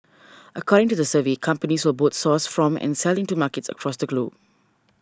according to the survey companies will both source from and sell into markets across the globe